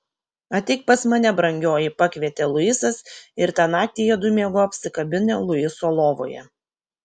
ateik pas mane brangioji pakvietė luisas ir tą naktį jiedu miegojo apsikabinę luiso lovoje